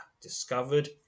discovered